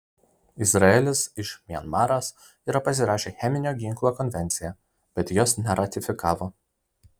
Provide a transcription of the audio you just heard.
izraelis iš mianmaras yra pasirašę cheminio ginklo konvenciją bet jos neratifikavo